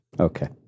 Okay